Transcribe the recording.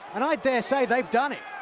and i dare say they've done it.